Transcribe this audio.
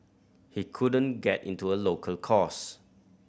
he couldn't get into a local course